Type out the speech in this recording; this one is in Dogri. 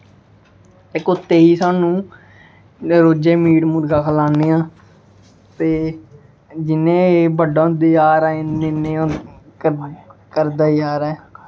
कुत्ते ई सानूं रोजै मीट मूर्गा खलाने आं ते जि'यां एह् बड्डा होंदा जा दा ऐ इ'यां इ'यां करदा जा दा ऐ